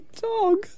dog